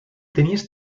tenies